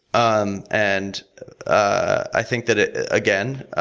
um and i think that, ah again,